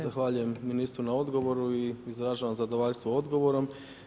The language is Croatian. Zahvaljujem ministru na odgovoru i izražavam zadovoljstvo odgovorom.